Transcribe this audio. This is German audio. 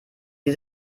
sie